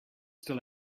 still